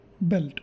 belt